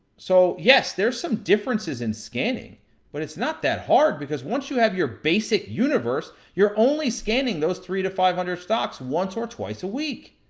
so, yes, there's some differences in scanning but it's not that hard, because once you have your basic universe, you're only scanning those three hundred to five hundred stocks once or twice a week.